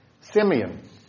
Simeon